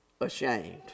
ashamed